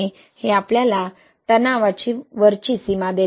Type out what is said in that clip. हे आपल्याला तणावाची वरची सीमा देते